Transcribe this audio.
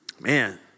Man